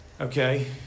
Okay